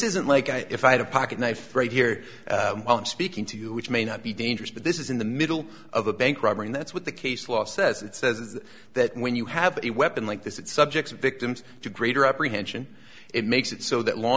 isn't like i if i had a pocket knife right here while i'm speaking to you which may not be dangerous but this is in the middle of a bank robbery that's what the case law says it says is that when you have a weapon like this it's subject to victims to greater apprehension it makes it so that law